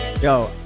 Yo